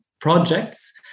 projects